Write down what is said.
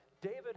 David